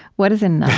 what is enough?